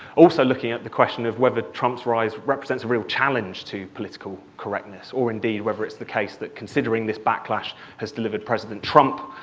also looking at the question of whether trump's rise represents a real challenge to political correctness, or, indeed, whether it's the case that considering this backlash has delivered president trump,